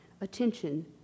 attention